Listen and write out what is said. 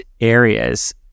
areas